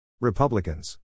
Republicans